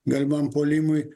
galimam puolimui